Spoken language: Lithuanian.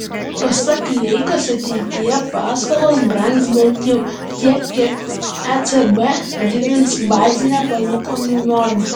pasak leikos ateityje paskolos brangs bent jau tiek kiek ecb didins bazinę palūkanų normą